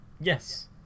Yes